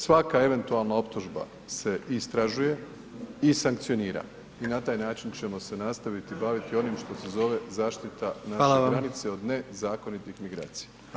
Svaka eventualna optužba se istražuje i sankcionira i na taj način ćemo se nastaviti baviti s onim što se zove zaštita naše granice [[Upadica predsjednik: Hvala.]] od nezakonitih migracija.